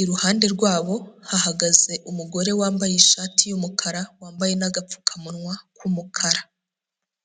Iruhande rwabo hahagaze umugore wambaye ishati y'umukara, wambaye n'agapfukamunwa k'umukara.